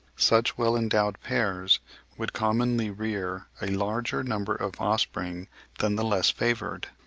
such well-endowed pairs would commonly rear a larger number of offspring than the less favoured.